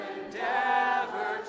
endeavor